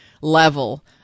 level